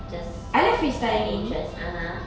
just like interest (uh huh)